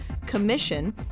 commission